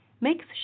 makes